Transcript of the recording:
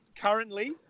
currently